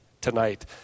tonight